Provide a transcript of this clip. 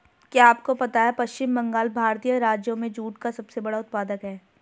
क्या आपको पता है पश्चिम बंगाल भारतीय राज्यों में जूट का सबसे बड़ा उत्पादक है?